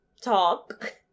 talk